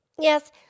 Yes